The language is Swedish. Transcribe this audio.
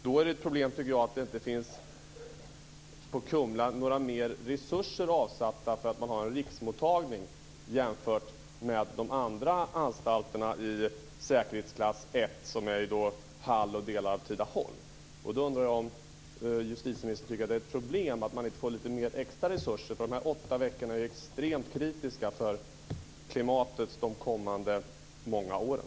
Då tycker jag att det är ett problem att inte mer resurser avsätts för Kumla som har riksmottagningen jämfört med de andra anstalterna i säkerhetsklass 1 - Jag undrar om justitieministern tycker att det är ett problem att man inte får lite mer extra resurser. Dessa åtta veckor är extremt kritiska för klimatet under de kommande många åren.